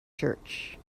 church